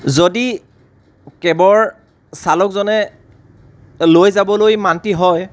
যদি কেবৰ চালকজনে লৈ যাবলৈ মান্তি হয়